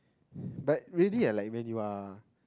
but really leh when you are